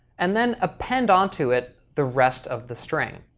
and then append onto it the rest of the string.